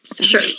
Sure